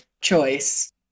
choice